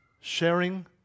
sharing